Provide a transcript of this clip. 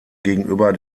gegenüber